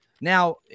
Now